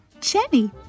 Jenny